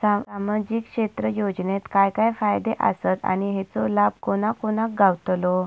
सामजिक क्षेत्र योजनेत काय काय फायदे आसत आणि हेचो लाभ कोणा कोणाक गावतलो?